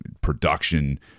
production